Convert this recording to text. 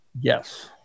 Yes